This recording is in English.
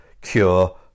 cure